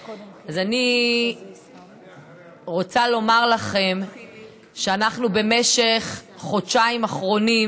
אז אני רוצה לומר לכם שבמשך החודשיים האחרונים